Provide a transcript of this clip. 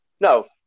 no